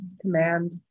command